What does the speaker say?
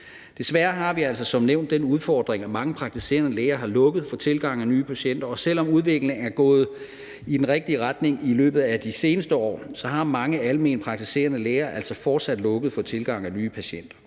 Desværre har vi altså som nævnt den udfordring, at mange praktiserende læger har lukket for tilgangen af nye patienter. Selv om udviklingen er gået i den rigtige retning i løbet af de seneste år, har mange alment praktiserende læger altså fortsat lukket for tilgangen af nye patienter,